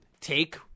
take